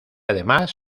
además